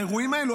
האירועים האלו,